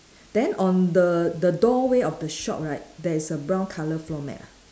then on the the doorway of the shop right there is a brown colour floor mat ah